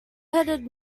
headed